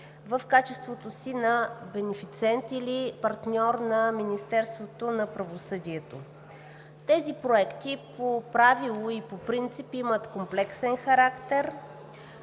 в качеството си на бенефициент или партньор на Министерството на правосъдието. По правило и по принцип тези проекти имат комплексен характер